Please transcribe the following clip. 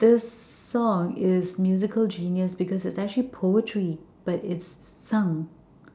this song is musical genius because it's actually poetry but it's sung